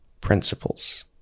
principles